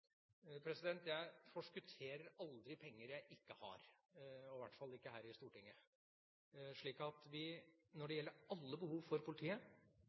Jeg forskutterer aldri penger jeg ikke har, i hvert fall ikke her i Stortinget. Når det gjelder alle behov for politiet,